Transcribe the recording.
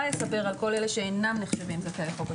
יספר על כל אלה שאינם נחשבים זכאי חוק השבות.